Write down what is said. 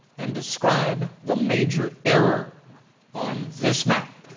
and describe the major error on this map.